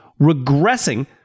regressing